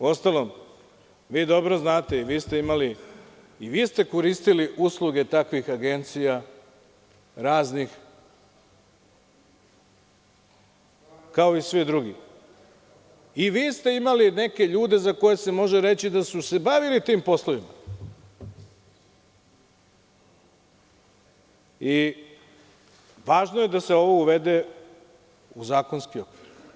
Uostalom vi dobro znate, i vi ste koristili usluge takvih raznih agencija, kao i svi drugi, i vi ste imali neke ljude za koje se može reći da su se bavili tim poslovima, i važno je da se ovo uvede u zakonski okvir.